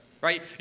Right